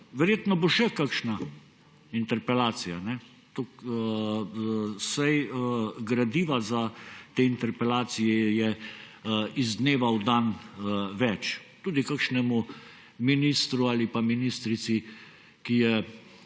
Verjetno bo še kakšna interpelacija, saj je gradiva za interpelacije iz dneva v dan več. Tudi kakšnemu ministru ali pa ministrici, ki je